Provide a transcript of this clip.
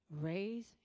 Raise